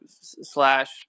slash